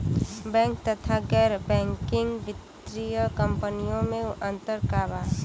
Bank तथा गैर banking वित्तीय कम्पनीयो मे अन्तर का बा?